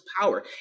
power